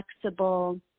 flexible